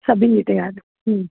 सभिनि जी तयारी